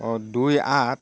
দুই আঠ